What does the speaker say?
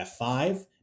F5